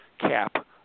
cap